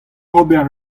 ober